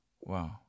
wow